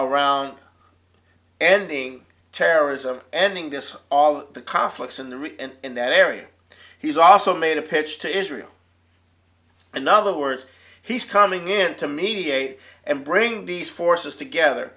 around ending terrorism ending this all the conflicts in the region and in that area he's also made a pitch to israel in other words he's coming in to mediate and bring these forces together